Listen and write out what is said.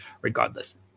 regardless